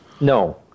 no